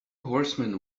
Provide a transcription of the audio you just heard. horsemen